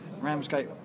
Ramsgate